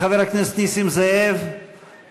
חברי הכנסת, בעד, 9, 30 מתנגדים, יש נמנע אחד.